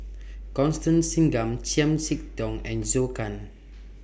Constance Singam Chiam See Tong and Zhou Can